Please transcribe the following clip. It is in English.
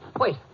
wait